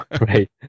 right